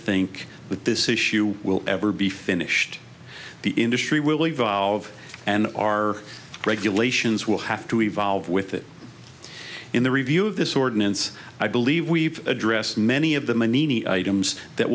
think that this issue will ever be finished the industry will evolve and our regulations will have to evolve with it in the review of this ordinance i believe we've addressed many of the many items that